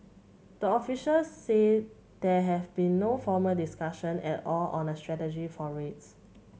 the officials said there have been no formal discussion at all on a strategy for rates